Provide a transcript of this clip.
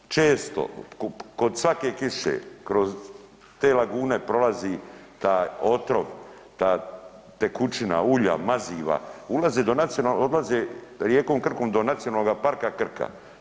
Često kod svake kiše kroz te lagune prolazi taj otrov, ta tekućina, ulja, maziva, ulaze do nacionalnog, odlaze rijekom Krkom do Nacionalnog parka Krka.